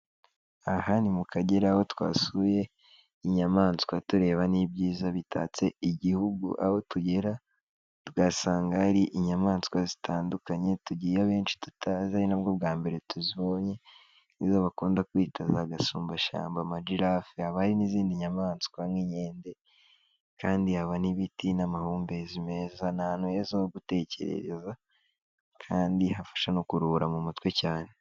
Aha ni mu Akagera aho twasuye inyamaswa tureba n'ibyiza bitatse Igihugu, aho tugera, tugasanga hari inyamaswa zitandukanye, tugiyeyo benshi tutazi ari na bwo bwa mbere tuzibonye, izo bakunda kwita za gasumbashyamba amajirafe, haba n'izindi nyamaswa nk'inkende, kandi haba n'ibiti n'amahumbezi meza, ni ahantu heza ho gutekerereza kandi hafasha no kuruhura mu mutwe cyane.